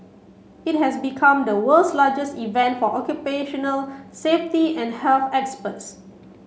it has become the world's largest event for occupational safety and health experts